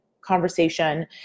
conversation